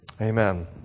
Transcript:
amen